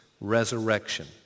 resurrection